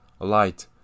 alight